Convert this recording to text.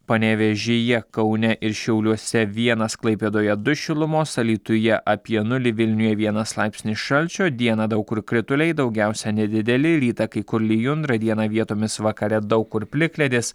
panevėžyje kaune ir šiauliuose vienas klaipėdoje du šilumos alytuje apie nulį vilniuje vienas laipsnis šalčio dieną daug kur krituliai daugiausia nedideli rytą kai kur lijundra dieną vietomis vakare daug kur plikledis